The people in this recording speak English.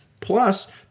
Plus